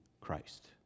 christ